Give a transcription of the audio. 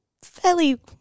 Fairly